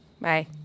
Bye